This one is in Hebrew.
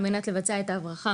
על מנת לבצע את ההברחה